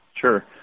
Sure